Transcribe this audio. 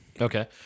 Okay